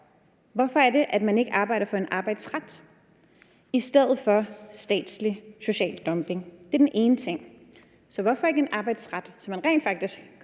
ikke arbejder for en arbejdsret i stedet for statslig social dumping? Det er den ene ting, altså hvorfor ikke en arbejdsret,